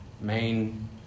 main